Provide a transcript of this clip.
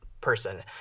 person